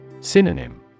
Synonym